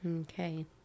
Okay